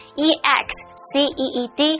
exceed